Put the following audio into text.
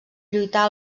lluitar